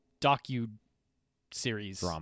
docu-series